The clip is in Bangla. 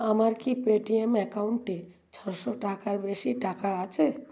আমার কি পেটিএম অ্যাকাউন্টে ছশো টাকার বেশি টাকা আছে